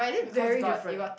very different